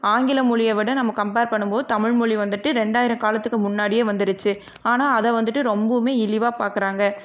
ஆங்கில மொழியை விட நம்ம கம்பேர் பண்ணும்போது தமிழ்மொழி வந்துட்டு ரெண்டாயிரம் காலத்துக்கு முன்னாடியே வந்துடுச்சி ஆனால் அதை வந்துட்டு ரொம்பவுமே இழிவாக பார்க்குறாங்க